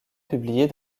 publiées